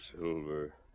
Silver